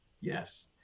Yes